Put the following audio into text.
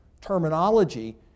terminology